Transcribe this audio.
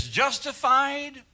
justified